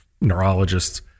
neurologists